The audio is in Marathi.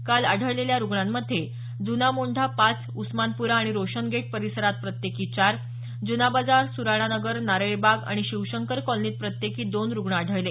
काल आढळलेल्या रूग्णांमध्ये जुना मोंढा पाच उस्मानपुरा आणि रोशन गेट परिसरात प्रत्येकी चार जुना बाजार सुराणा नगर नारळी बाग आणि शिवशंकर कॉलनीत प्रत्येकी दोन रुग्ण आढळले